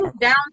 down